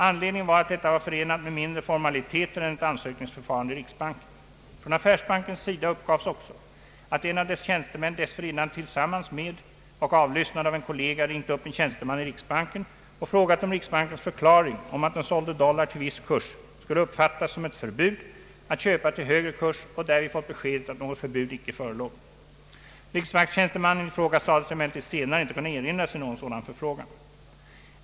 Anledningen var att detta var förenat med mindre formaliteter än ett ansökningsförfarande i riksbanken. Från affärsbankens sida uppgavs också att en av dess tjänstemän dessförinnan tillsammans med och avlyssnad av en kollega ringt upp en tjänsteman i riksbanken och frågat om riksbankens förklaring om att den sålde dollar till viss kurs skulle uppfattas som ett förbud att köpa till högre kurs och därvid fått beskedet att något förbud inte förelåg. Riksbankstjänstemannen i fråga sade sig emellertid senare inte kunna erinra sig någon sådan förfrågan.